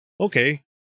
okay